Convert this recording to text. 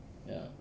ya